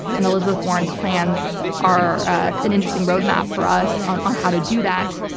and elizabeth warren's plans are an interesting roadmap for us on on how to do that.